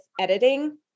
editing